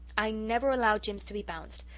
i never allow jims to be bounced.